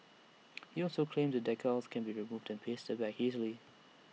he also claimed the decals can be removed and pasted back easily